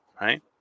right